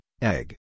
egg